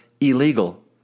illegal